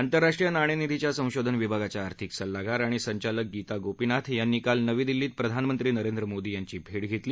आंतरराष्ट्रीय नाणेनिधीच्या संशोधन विभागाच्या आर्थिक सल्लागार आणि संचालक गीता गोपीनाथ यांनी काल नवी दिल्लीत प्रधानमंत्री नरेंद्र मोदी यांची भेट घेतली